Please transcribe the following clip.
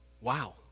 Wow